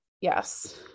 Yes